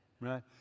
Right